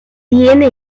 tiene